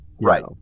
Right